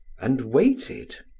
and waited.